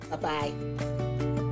Bye-bye